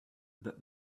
that